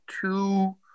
two